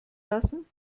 lassen